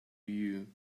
you